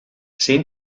zein